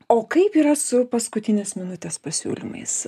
o kaip yra su paskutinės minutės pasiūlymais